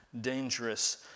dangerous